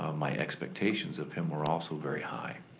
um my expectations of him were also very high.